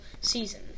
season